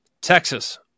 Texas